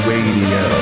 Radio